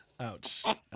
Ouch